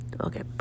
okay